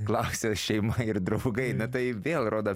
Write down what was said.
klausė šeima ir draugai na tai vėl rodo